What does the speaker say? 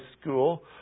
school